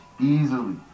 easily